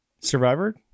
Survivor